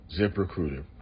ZipRecruiter